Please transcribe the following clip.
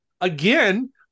Again